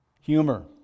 Humor